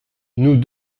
nous